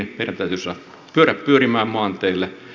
meidän täytyy saada pyörät pyörimään maanteille